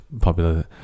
popular